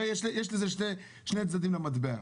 יש שני צדדים למטבע,